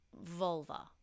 vulva